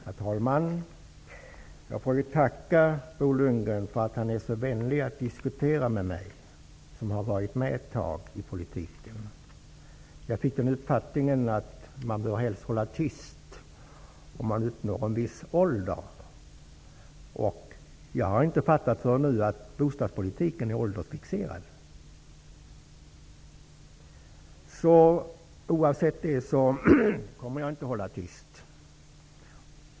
Herr talman! Jag får tacka Bo Lundgren för att han är så vänlig och diskuterar med mig som har varit med i politiken ett tag. Jag fick uppfattningen att man helst bör hålla tyst när man har uppnått en viss ålder. Jag har inte förrän nu fattat att bostadspolitiken är åldersfixerad. Oavsett det, kommer jag inte att hålla tyst.